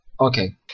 okay